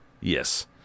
Yes